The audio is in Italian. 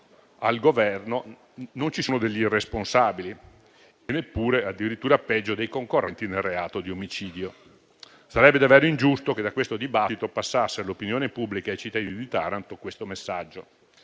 al Governo non ci sono degli irresponsabili e neppure - addirittura peggio - dei concorrenti nel reato di omicidio. Sarebbe davvero ingiusto che da questo dibattito passasse all'opinione pubblica e ai cittadini di Taranto siffatto messaggio.